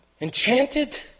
enchanted